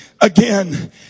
Again